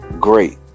great